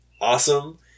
awesome